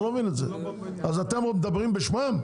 אתם מדברים בשמו?